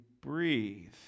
breathe